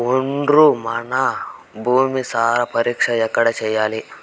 ఒండ్రు మన్ను భూసారం పరీక్షను ఎక్కడ చేసుకునేది?